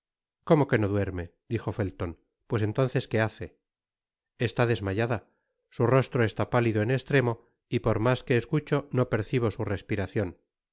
cómo que no duerme dijo feltop pues entonces que hace está desmayada su rostro está pálido en estremo y por mas que escucho no percibo su respiracion